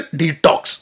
detox